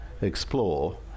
explore